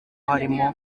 harimo